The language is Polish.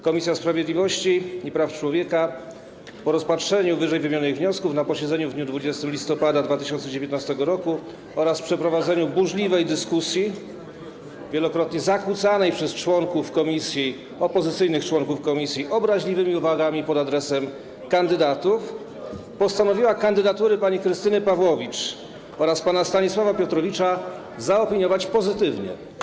Komisja Sprawiedliwości i Praw Człowieka po rozpatrzeniu ww. wniosków na posiedzeniu w dniu 20 listopada 2019 r. oraz przeprowadzeniu burzliwej dyskusji, wielokrotnie zakłócanej przez członków komisji, opozycyjnych członków komisji obraźliwymi uwagami pod adresem kandydatów, postanowiła kandydatury pani Krystyny Pawłowicz oraz pana Stanisława Piotrowicza zaopiniować pozytywnie.